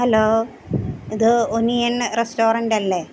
hello ഇത് onion restaurant അല്ലേ